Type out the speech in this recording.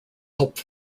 help